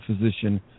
physician